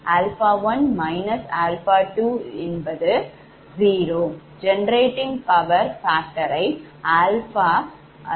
Generating power factor ரை cos𝜙1cos14